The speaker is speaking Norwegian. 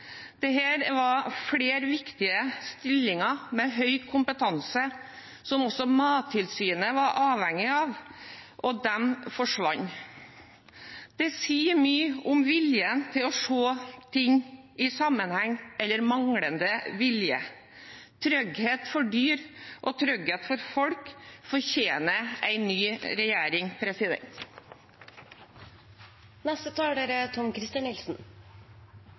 var flere viktige stillinger med høy kompetanse, som også Mattilsynet var avhengig av, og de forsvant. Det sier mye om viljen – eller en manglende vilje – til å se ting i sammenheng. Trygghet for dyr og folk fortjener en ny regjering.